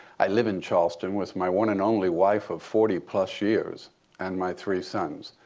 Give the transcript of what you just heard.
i live in charleston with my one and only wife of forty plus years and my three sons.